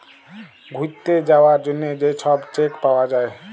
ঘ্যুইরতে যাউয়ার জ্যনহে যে ছব চ্যাক পাউয়া যায়